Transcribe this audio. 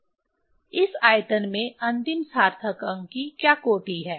यह आयतन है इस आयतन में अंतिम सार्थक की क्या कोटि है